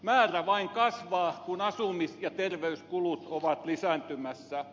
määrä vain kasvaa kun asumis ja terveyskulut ovat lisääntymässä